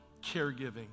caregiving